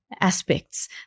aspects